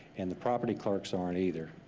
and the property clerks aren't either.